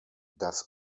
das